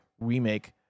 remake